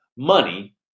Money